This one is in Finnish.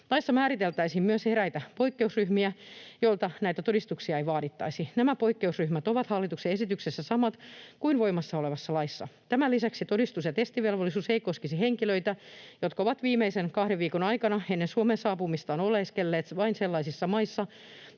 Laissa määriteltäisiin myös eräitä poikkeusryhmiä, joilta näitä todistuksia ei vaadittaisi. Nämä poikkeusryhmät ovat hallituksen esityksessä samat kuin voimassa olevassa laissa. Tämän lisäksi todistus- ja testivelvollisuus ei koskisi henkilöitä, jotka ovat viimeisen kahden viikon aikana ennen Suomeen saapumistaan oleskelleet vain sellaisissa maissa